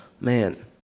Man